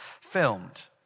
filmed